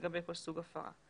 לגבי כל סוג הפרה.